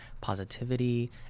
positivity